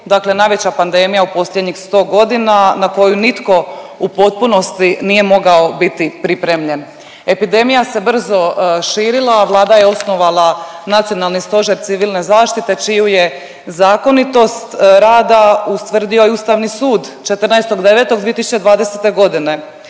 Dakle, najveća pandemija u posljednjih 100 godina na koju nitko u potpunosti nije mogao biti pripremljen. Epidemija se brzo širila, Vlada je osnovala Nacionalni stožer Civilne zaštite čiju je zakonitost rada ustvrdio i Ustavni sud 14.9.2020. godine.